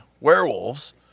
werewolves